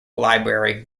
library